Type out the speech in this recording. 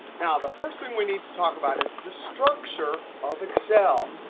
now, the first thing we need to talk about is the structure of excel.